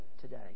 today